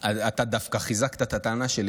אתה דווקא חיזקת את הטענה שלי.